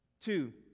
Two